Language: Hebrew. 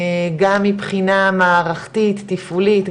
גם מבחינה מערכתית תפעולית,